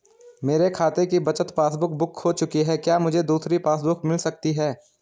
मेरे खाते की बचत पासबुक बुक खो चुकी है क्या मुझे दूसरी पासबुक बुक मिल सकती है?